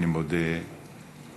אני מודה למשפחתי,